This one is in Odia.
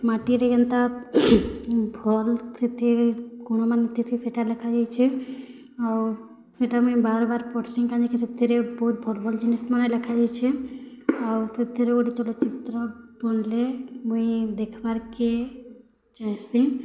ମାଟିରେ ଯେନ୍ତା ଭଲ୍ ସେଥିରେ ଗୁଣମାନ ଥିସି ସେଇଟା ଲେଖାଯାଇଛେ ଆଉ ସେଇଟା ମୁଇଁ ବାର୍ ବାର୍ ପଢ଼ିସିଁ କାଇଁ ଯେ କି ସେଥିରେ ବହୁତ୍ ଭଲ୍ ଭଲ୍ ଜିନଷ୍ ମାନେ ଲେଖାଯାଇଛେଁ ଆଉ ସେଥିରେ ଗୋଟେ ଛୋଟ ଚିତ୍ର ପଡ଼ିଲେ ମୁଇଁ ଦେଖ୍ବାର୍ କେ ଚାହିଁସି